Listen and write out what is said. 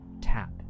tap